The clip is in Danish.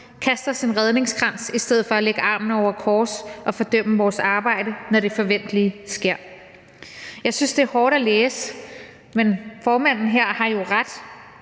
Kast os en redningskrans i stedet for at lægge armene over kors og fordømme vores arbejde, når det forventelige sker.« Jeg synes, det er hårdt at læse, men formanden her har jeg jo ret.